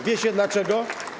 Wiecie dlaczego?